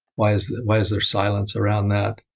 why is why is there silence around that?